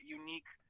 unique